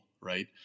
right